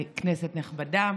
כנסת נכבדה,